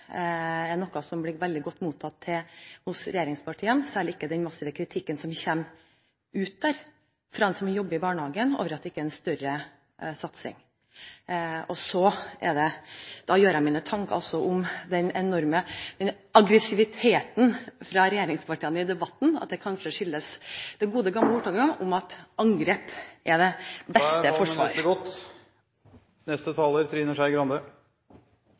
er noe som blir veldig godt mottatt av regjeringspartiene, særlig ikke når det kommer massiv kritikk fra dem som jobber i barnehagen, over at det ikke er en større satsing. Jeg gjør meg mine tanker om den enorme aggressiviteten fra regjeringspartiene i debatten, og at den kanskje skyldes det gode, gamle ordtaket om at angrep er det beste forsvar.